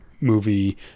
movie